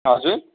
हजुर